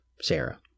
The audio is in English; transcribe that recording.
Sarah